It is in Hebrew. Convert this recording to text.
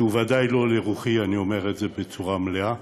שהוא בוודאי לא לרוחי, אני אומר את זה בצורה מלאה.